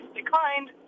declined